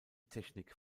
technik